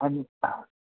انھ